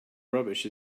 rubbish